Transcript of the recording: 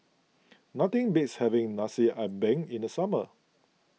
nothing beats having Nasi Ambeng in the summer